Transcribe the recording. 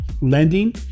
lending